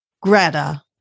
Greta